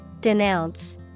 Denounce